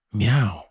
meow